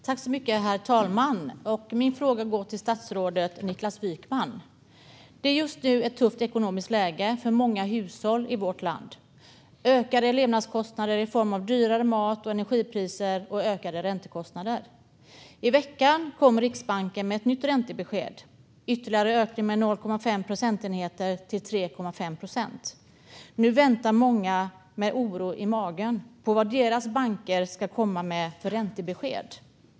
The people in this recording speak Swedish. Herr talman! Min fråga går till statsrådet Niklas Wykman. Det råder just nu ett tufft ekonomiskt läge för många hushåll i vårt land med ökade levnadskostnader i form av dyrare mat och energipriser och ökade ränteutgifter. I veckan kom Riksbanken med ett nytt räntebesked om en ytterligare ökning med 0,5 procentenheter till 3,5 procent. Nu väntar många med oro i magen på vad deras banker ska komma med för räntebesked.